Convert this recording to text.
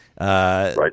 Right